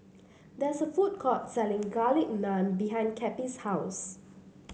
there is a food court selling Garlic Naan behind Cappie's house